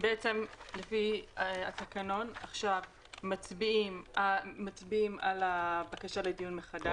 לפי התקנון מצביעים על הבקשה לדיון מחדש.